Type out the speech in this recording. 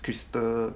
crystal